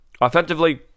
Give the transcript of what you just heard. Offensively